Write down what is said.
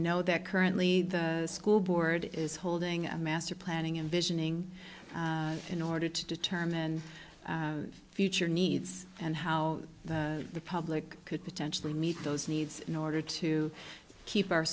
know that currently the school board is holding a master planning and visioning in order to determine future needs and how the public could potentially meet those needs in order to keep our